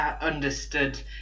understood